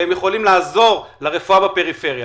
והם יכולים לעזור לרפואה בפריפריה.